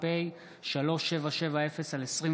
פ/3770/24: